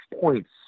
points